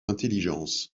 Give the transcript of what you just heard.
intelligence